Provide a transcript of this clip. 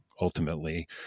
ultimately